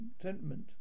contentment